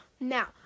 Now